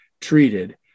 treated